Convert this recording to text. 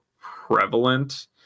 prevalent